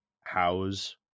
house